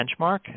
benchmark